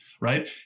right